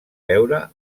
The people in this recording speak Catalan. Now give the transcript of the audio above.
veure